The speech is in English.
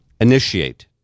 initiate